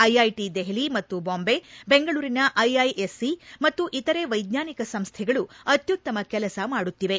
IIT Delhi ಮತ್ತು ಬಾಂಬೆ ಬೆಂಗಳೂರಿನ IISc ಮತ್ತು ಇತರೆ ವೈಜ್ಞಾನಿಕ ಸಂಸ್ಥೆಗಳು ಅತ್ಯುತ್ತಮ ಕೆಲಸ ಮಾಡುತ್ತಿವೆ